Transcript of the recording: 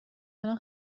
الان